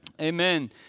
Amen